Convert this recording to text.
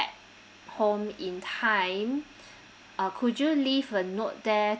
home in time uh could you leave a note there